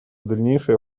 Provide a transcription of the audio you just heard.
дальнейшее